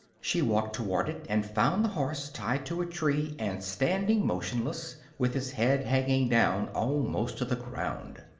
she walked toward it and found the horse tied to a tree and standing motionless, with its head hanging down almost to the ground.